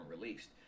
released